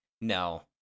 No